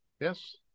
yes